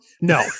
no